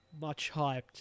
much-hyped